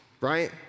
right